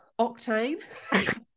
Octane